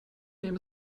name